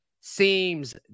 seems